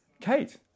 Kate